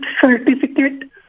certificate